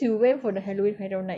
sis tak dapat pergi pun